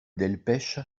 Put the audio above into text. delpech